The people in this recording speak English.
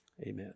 Amen